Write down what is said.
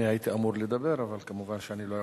אני הייתי אמור לדבר, אבל כמובן אני לא יכול.